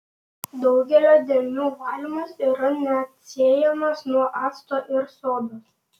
daugelio dėmių valymas yra neatsiejamas nuo acto ir sodos